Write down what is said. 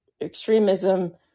extremism